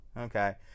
Okay